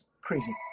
crazy